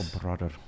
brother